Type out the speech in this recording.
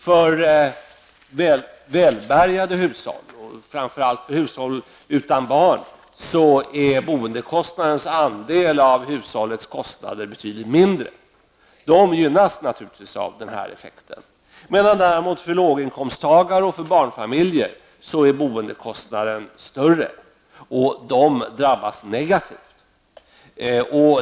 För välbärgade hushåll och hushåll utan barn är boendekostnadens andel av hushållets kostnader betydligt mindre. De hushållen gynnas naturligtvis av den här effekten. För låginkomsttagare och barnfamiljer är däremot boendekostnaden större. De drabbas negativt.